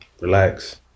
relax